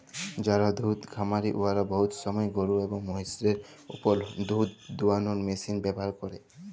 যারা দুহুদ খামারি উয়ারা বহুত সময় গরু এবং মহিষদের উপর দুহুদ দুয়ালোর মেশিল ব্যাভার ক্যরে